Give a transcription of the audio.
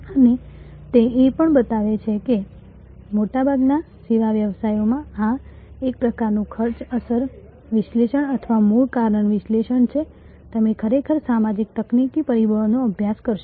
અને તે એ પણ બતાવે છે કે મોટાભાગના સેવા વ્યવસાયોમાં આ એક પ્રકારનું ખર્ચ અસર વિશ્લેષણ અથવા મૂળ કારણ વિશ્લેષણ છે તમે ખરેખર સામાજિક તકનીકી પરિબળોનો અભ્યાસ કરશો